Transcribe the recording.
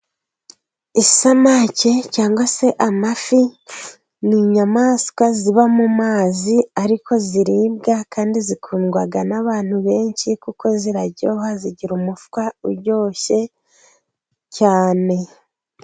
Isamake cyangwa se amafi, ni inyamaswa ziba mu mazi ariko ziribwa, kandi zikundwa n'abantu benshi, kuko ziraryoha zigira umufa uryoshye cyane.